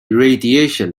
radiation